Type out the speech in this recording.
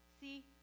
See